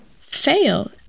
fail